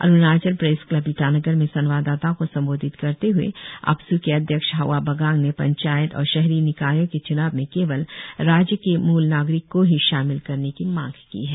Arunachal press club Itanagar में संवाददाताओं को संबोधित करते हुए आप्सू के अध्यक्ष हवा बागांग ने पंचायत और शहरी निकायों के च्नाव में केवल राज्य के मूल नागरिक को ही शामिल करने की मांग की है